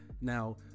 now